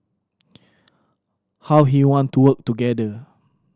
how he want to work together